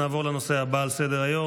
נעבור לנושא הבא על סדר-היום,